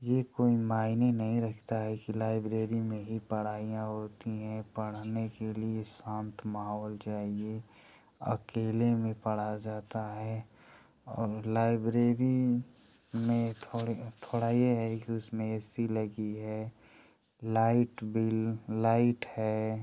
ये कोई मायने नहीं रखता है कि लाइब्रेरी में ही पढ़ाईयाँ होती हैं पढने के लिए शांत माहौल चाहिए अकेले में पढ़ा जाता है और लाइब्रेरी में ये थोड़े थोड़ा थोड़ा ये है कि उसमें ए सी लगी है लाइट भी लाइट है